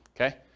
okay